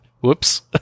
Whoops